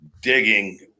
digging